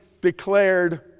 declared